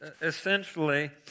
essentially